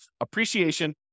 appreciation